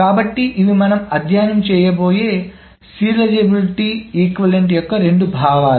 కాబట్టి ఇవి మనం అధ్యయనం చేయబోయే సీరియలైజబిలిటీ సమానత్వం యొక్క రెండు భావాలు